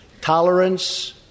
Tolerance